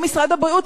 או משרד הבריאות,